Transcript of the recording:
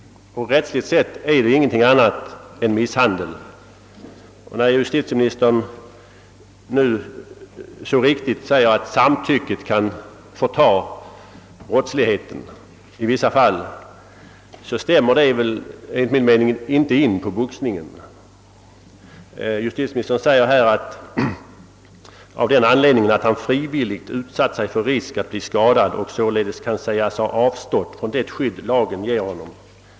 Rättsligt sett är den ingenting annat än misshandel. När justitieministern säger att sam tycke i vissa fall kan förta brottslighet, stämmer det enligt min mening inte in på boxningen. Justitieministern säger i svaret att det finns situationer då en enskild inte åtnjuter skydd »av den anledningen att han frivilligt utsatt sig för risk att bli skadad och således kan sägas ha avstått från det skydd lagen ger honom».